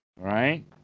Right